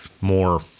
more